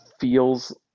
feels